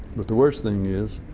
but the worst thing is